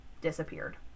disappeared